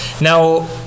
Now